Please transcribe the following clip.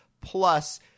plus